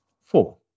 Four